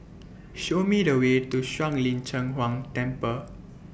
Show Me The Way to Shuang Lin Cheng Huang Temple